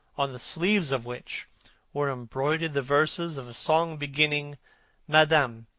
on the sleeves of which were embroidered the verses of a song beginning madame,